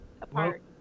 Apart